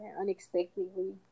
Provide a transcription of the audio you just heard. unexpectedly